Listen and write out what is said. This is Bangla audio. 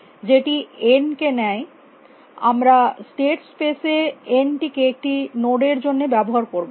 যেটি n কে নেয় আমরা স্টেট স্পেস এ n টিকে একটি নোড এর জন্য ব্যবহার রব